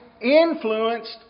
influenced